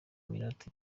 minota